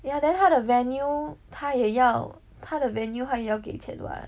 yah then how the venue 他也要他的 venue 他要给钱 [what]